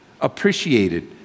appreciated